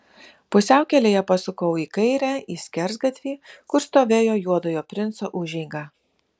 pusiaukelėje pasukau į kairę į skersgatvį kur stovėjo juodojo princo užeiga